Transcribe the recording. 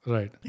Right